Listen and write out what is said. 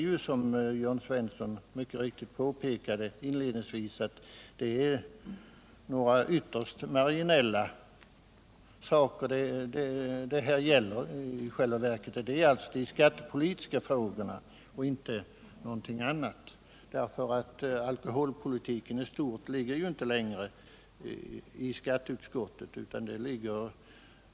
Nu är det, som Jörn Svensson mycket riktigt påpekade inledningsvis, ytterst marginella ting det gäller. Vi behandlar nu vissa skattepolitiska frågor och inte något annat. Alkoholpolitiken i stort handläggs ju inte längre av skatteutskottet.